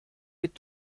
with